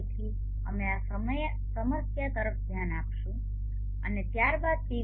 તેથી અમે આ સમસ્યા તરફ ધ્યાન આપીશું અને ત્યારબાદ પી